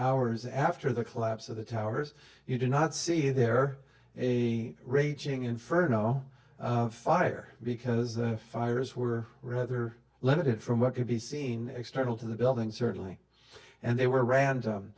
hours after the collapse of the towers you did not see there a raging inferno fire because the fires were rather limited from what could be seen external to the buildings certainly and they were random